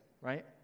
right